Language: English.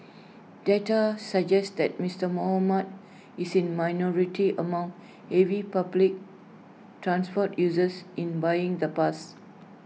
data suggest that Mister Muhammad is in minority among heavy public transport users in buying the pass